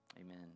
Amen